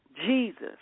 Jesus